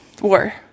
War